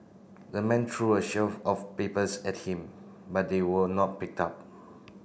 the man threw a sheaf of papers at him but they were not picked up